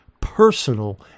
personal